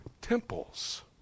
temples